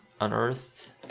unearthed